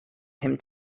him